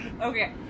Okay